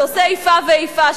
שעושה איפה ואיפה,